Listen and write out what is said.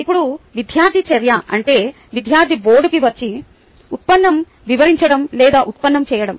ఇప్పుడు విద్యార్థి చర్య అంటే విద్యార్థి బోర్డుకి వచ్చి ఉత్పన్నం వివరించడం లేదా ఉత్పన్నం చేయడం